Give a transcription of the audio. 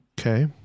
Okay